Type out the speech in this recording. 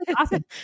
awesome